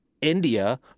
India